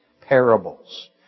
parables